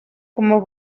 como